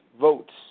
votes